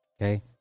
Okay